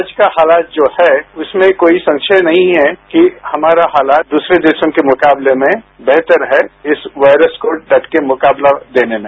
आज का हालात जो है उसमें कोई संशय नहीं है कि हमारा हालात दूसरे देशों के मुकाबले में बेहतर है इस वायरस को डट के मुकाबला देने में